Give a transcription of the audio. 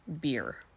beer